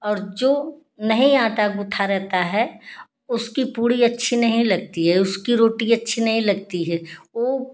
और जो नहीं आँटा गूँथा रहता है उसकी पूरी अच्छी नहीं लगती है उसकी रोटी अच्छी नहीं लगती है वो